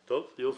יופי.